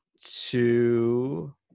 two